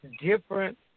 different